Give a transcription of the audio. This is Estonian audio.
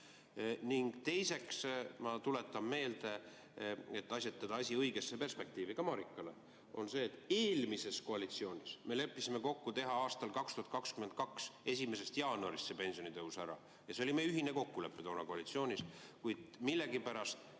Ning teiseks, ma tuletan meelde, et asetada asi õigesse perspektiivi, ka Marikale on see, et eelmises koalitsioonis me leppisime kokku teha 1. jaanuarist 2022. aastal see pensionitõus ja see oli meie ühine kokkulepe toona koalitsioonis, kuid millegipärast